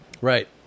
Right